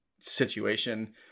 situation